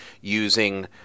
using